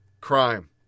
crime